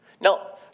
Now